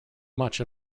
much